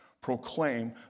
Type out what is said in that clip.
Proclaim